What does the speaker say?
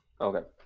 Okay